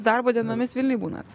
darbo dienomis vilniuj būnat